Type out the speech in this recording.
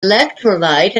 electrolyte